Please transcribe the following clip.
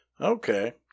Okay